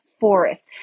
forest